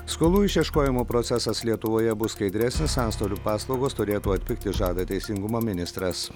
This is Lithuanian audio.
skolų išieškojimo procesas lietuvoje bus skaidresnis antstolių paslaugos turėtų atpigti žada teisingumo ministras